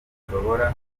ashobora